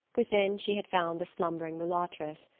within she had found the slumbering mulatresse,